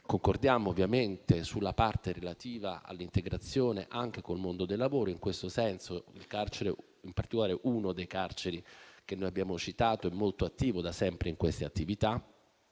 concordiamo ovviamente sulla parte relativa all'integrazione con il mondo del lavoro; in questo senso, in particolare una delle carceri che abbiamo citato è molto attiva da sempre in queste attività,